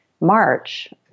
March